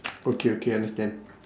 okay okay understand